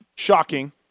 Shocking